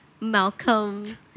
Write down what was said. Malcolm